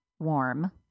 warm